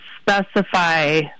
specify